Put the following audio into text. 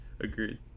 Agreed